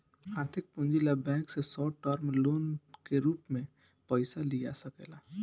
आर्थिक पूंजी ला बैंक से शॉर्ट टर्म लोन के रूप में पयिसा लिया सकेला